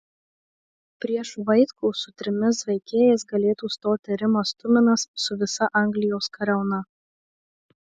prieš vaitkų su trimis veikėjais galėtų stoti rimas tuminas su visa anglijos kariauna